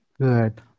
good